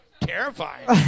terrifying